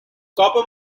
copper